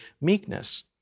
meekness